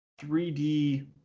3D